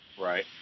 Right